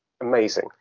Amazing